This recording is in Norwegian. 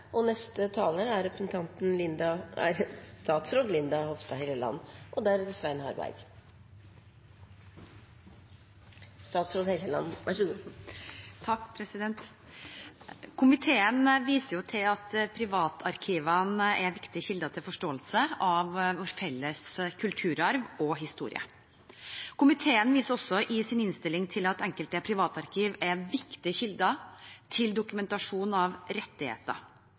Komiteen viser til at privatarkivene er en viktig kilde til forståelse av vår felles kulturarv og historie. Komiteen viser også i sin innstilling til at enkelte privatarkiv er viktige kilder til dokumentasjon av rettigheter,